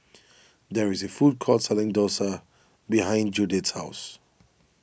there is a food court selling Dosa behind Judyth's house